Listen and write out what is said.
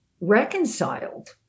reconciled